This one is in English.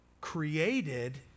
created